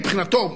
מבחינתו,